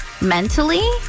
mentally